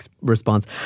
response